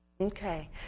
Okay